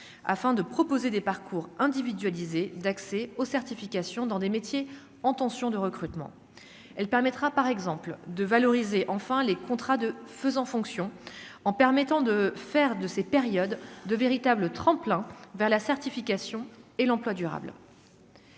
afin de proposer des parcours individualisés d'accès aux certifications dans des métiers en tension de recrutement, elle permettra par exemple de valoriser enfin les contrats de faisant fonction en permettant de faire de ces périodes de véritable tremplin vers la certification et l'emploi durable.